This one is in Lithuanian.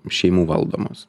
šeimų valdomos